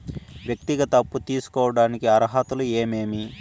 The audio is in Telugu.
వ్యక్తిగత అప్పు తీసుకోడానికి అర్హతలు ఏమేమి